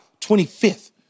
25th